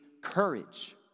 courage